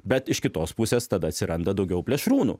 bet iš kitos pusės tada atsiranda daugiau plėšrūnų